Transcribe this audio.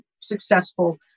successful